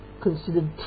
considered